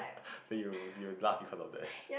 then you you laugh because of that